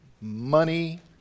money